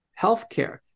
healthcare